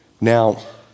Now